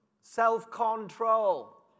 Self-control